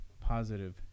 positive